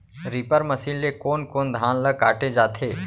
Reaper machine ले कोन कोन धान ल काटे जाथे?